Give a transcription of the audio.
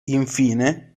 infine